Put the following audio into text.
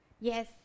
Yes